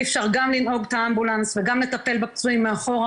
אי אפשר גם לנהוג את האמבולנס וגם לטפל בפצועים מאחורה,